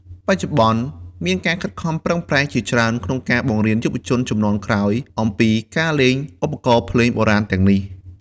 បច្ចុប្បន្ន មានការខិតខំប្រឹងប្រែងជាច្រើនក្នុងការបង្រៀនយុវជនជំនាន់ក្រោយអំពីការលេងឧបករណ៍ភ្លេងបុរាណទាំងនេះ។